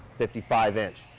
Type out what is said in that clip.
fifty five inch.